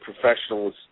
professionals